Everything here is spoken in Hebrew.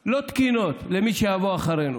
לא תקינות למי שיבואו אחרינו.